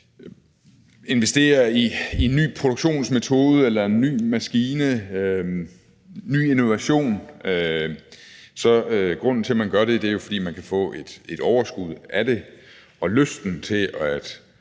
investerer i en ny produktionsmetode eller en ny maskine, ny innovation. Og grunden til, at man gør det, er jo, at man kan få et overskud af det, og lysten til at